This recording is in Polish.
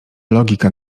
logika